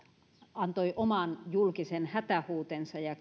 antoi oman julkisen hätähuutonsa ja